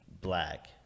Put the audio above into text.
black